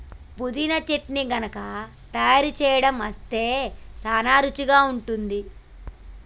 పుదీనా చట్నీ గనుక తయారు సేయడం అస్తే సానా రుచిగా ఉంటుంది